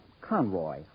Conroy